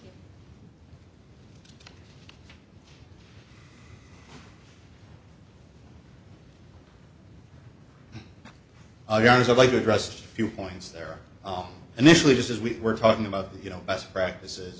would just as we were talking about you know best practices